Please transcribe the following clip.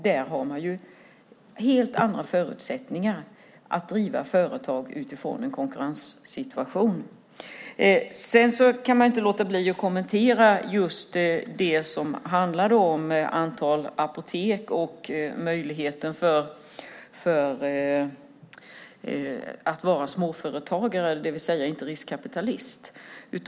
Där har man helt andra förutsättningar att driva företag utifrån en konkurrenssituation. Jag kan inte låta bli att kommentera det som handlade om antal apotek och möjligheten att vara småföretagare, det vill säga inte riskkapitalist.